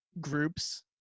groups